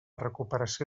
recuperació